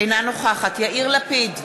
אינה נוכחת יאיר לפיד,